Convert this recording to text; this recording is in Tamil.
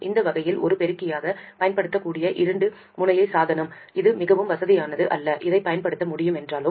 அந்த வகையில் ஒரு பெருக்கியாகப் பயன்படுத்தக்கூடிய இரண்டு முனைய சாதனம் இது மிகவும் வசதியானது அல்ல அதை பயன்படுத்த முடியும் என்றாலும்